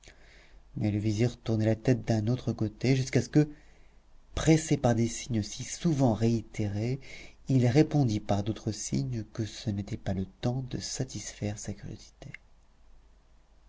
mais le vizir tournait la tête d'un autre côté jusqu'à ce que pressé par des signes si souvent réitérés il répondit par d'autres signes que ce n'était pas le temps de satisfaire sa curiosité